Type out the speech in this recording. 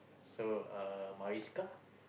so uh Marisca